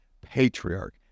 patriarch